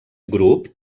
grup